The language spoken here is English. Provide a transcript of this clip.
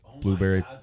blueberry